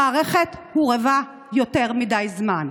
המערכת הורעבה יותר מדי זמן.